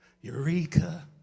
Eureka